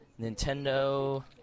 Nintendo